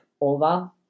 over